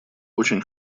очень